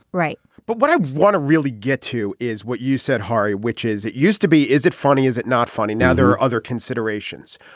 right but what i want to really get to is is what you said hari which is it used to be is it funny is it not funny now. there are other considerations.